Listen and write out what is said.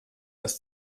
das